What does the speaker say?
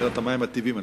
מבחינת המים הטבעיים,